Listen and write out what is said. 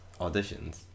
auditions